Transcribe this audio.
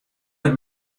der